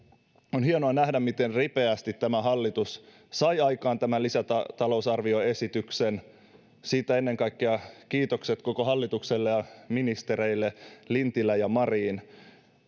on hienoa nähdä miten ripeästi tämä hallitus sai aikaan tämän lisätalousarvioesityksen siitä ennen kaikkea kiitokset koko hallitukselle ja ministereille lintilä ja marin